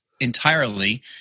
entirely